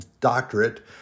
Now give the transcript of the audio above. doctorate